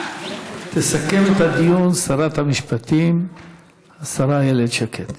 תסכם את הדיון שרת המשפטים איילת שקד.